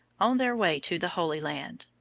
on their way to the holy land.